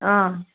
অ